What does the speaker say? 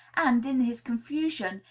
and, in his confusion,